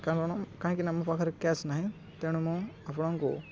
କାରଣ କାହିଁକିନା ମୋ ପାଖରେ କ୍ୟାସ୍ ନାହିଁ ତେଣୁ ମୁଁ ଆପଣଙ୍କୁ